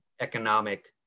economic